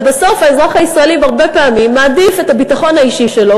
הרי בסוף האזרח הישראלי הרבה פעמים מעדיף את הביטחון האישי שלו,